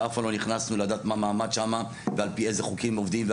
ואף פעם לא נכנסנו לדעת מה המעמד שם ועל פי איזה חוקים עובדים.